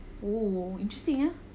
!woo! interesting ya